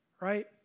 Right